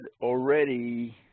already